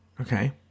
Okay